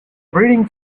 breeding